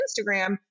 Instagram